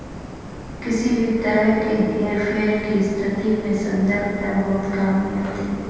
किसी भी तरह के हेरफेर की स्थिति में संदर्भ दर बहुत काम में आती है